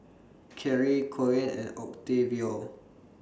Carry Coen and Octavio